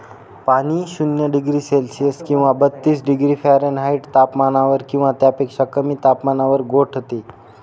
पाणी शून्य degree Celsius किंवा बत्तीस डिग्री फॅरेनहाईट तापमानावर किंवा त्यापेक्षा कमी तापमानावर गोठते